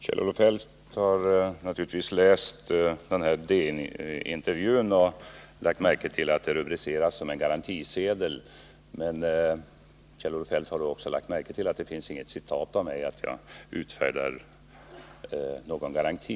Herr talman! Kjell-Olof Feldt har naturligtvis läst den där DN-intervjun och lagt märke till att den rubriceras som en garantisedel. Men Kjell-Olof Feldt har väl då också lagt märke till att det inte finns något citat av mig där jag utfärdar någon garanti.